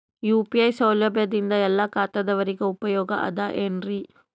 UPI ಸೌಲಭ್ಯದಿಂದ ಎಲ್ಲಾ ಖಾತಾದಾವರಿಗ ಉಪಯೋಗ ಅದ ಏನ್ರಿ?